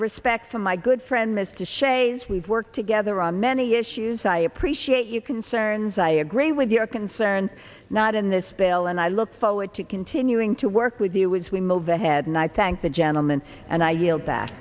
respect for my good friend mr shays we've worked together on many issues i appreciate you concerns i agree with your concern not in this bill and i look forward to continuing to work with you as we move ahead knight thank the gentleman and i yield ba